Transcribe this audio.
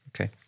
Okay